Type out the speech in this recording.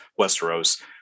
Westeros